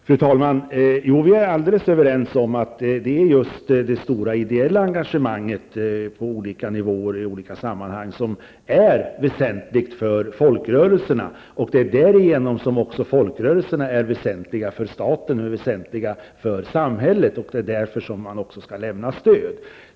Fru talman! Jo, vi är alldeles överens om att det stora ideella engagemanget på olika nivåer och i olika sammanhang är väsentligt för folkrörelserna, att det är därigenom som också folkrörelserna är väsentliga för staten och för samhället och att man därför också skall ge dem stöd.